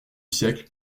siècle